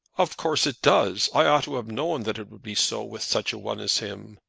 of course it does. i ought to have known that it would be so with such a one as him.